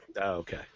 Okay